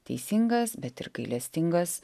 teisingas bet ir gailestingas